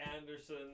Anderson